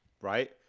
Right